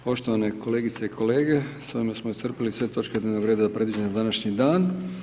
Poštovane kolegice i kolege s ovime smo iscrpili sve točke dnevnog reda predviđene za današnji dan.